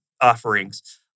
offerings